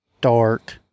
dark